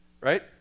right